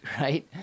right